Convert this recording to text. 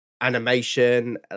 animation